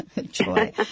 joy